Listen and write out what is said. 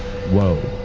whoa.